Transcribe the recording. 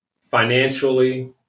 financially